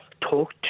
talk